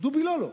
"דובי לא-לא".